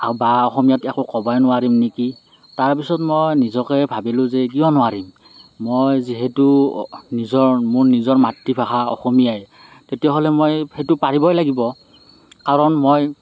বা অসমীয়াত একো ক'বই নোৱাৰিম নেকি তাৰ পিছত মই নিজকে ভাবিলোঁ যে কিয় নোৱাৰিম মই যিহেতু নিজৰ মোৰ নিজৰ মাতৃভাষা অসমীয়াই তেতিয়াহ'লে মই সেইটো পাৰিবই লাগিব কাৰণ মই